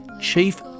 Chief